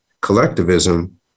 collectivism